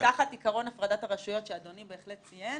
תחת עיקרון הפרדת הרשויות שאדוני ציין